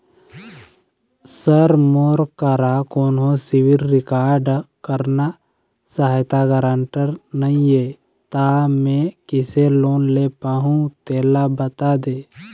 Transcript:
sir मोर करा कोन्हो सिविल रिकॉर्ड करना सहायता गारंटर नई हे ता मे किसे लोन ले पाहुं तेला बता दे